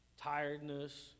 tiredness